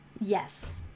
Yes